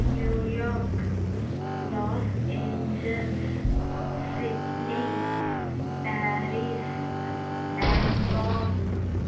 New York Los Angeles Sydney Paris Bangkok